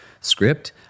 script